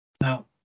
Now